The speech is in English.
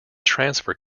transfer